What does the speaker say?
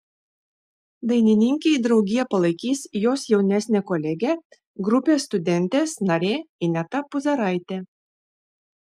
dainininkei draugiją palaikys jos jaunesnė kolegė grupės studentės narė ineta puzaraitė